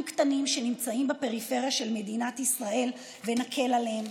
קטנים שנמצאים בפריפריה של מדינת ישראל ונקל עליהם.